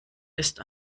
ist